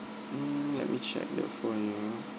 mm let me check it for you